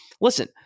Listen